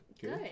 good